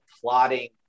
plotting